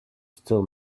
still